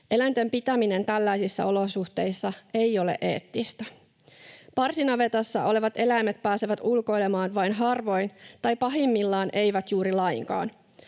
Eläinten pitäminen tällaisissa olosuhteissa ei ole eettistä. Parsinavetassa olevat eläimet pääsevät ulkoilemaan vain harvoin tai pahimmillaan eivät juuri lainkaan.